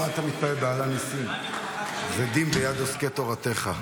על מה אתה מתפלל ב"על הניסים": "זדים ביד עוסקי תורתך".